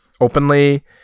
openly